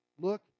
look